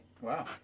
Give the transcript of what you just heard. Wow